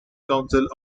council